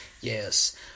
Yes